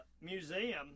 Museum